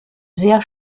sehr